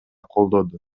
колдоду